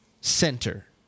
Center